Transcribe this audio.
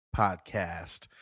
podcast